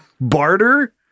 barter